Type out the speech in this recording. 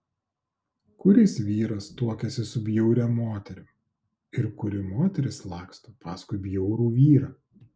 kuris vyras tuokiasi su bjauria moterim ir kuri moteris laksto paskui bjaurų vyrą